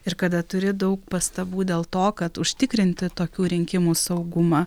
ir kada turi daug pastabų dėl to kad užtikrinti tokių rinkimų saugumą